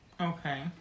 Okay